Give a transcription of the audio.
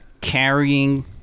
carrying